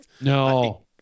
No